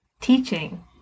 Teaching